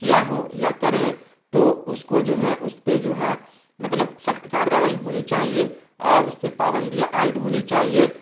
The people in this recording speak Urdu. کیا ہو یا کرے تو اس کو جو ہے اس پہ جو ہے مطلب سخت کارروائی ہونی چاہیے اور اس پہ پابندیاں عائد ہونی چاہیے